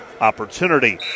opportunity